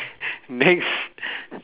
next